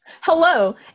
Hello